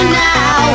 now